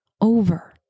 over